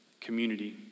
community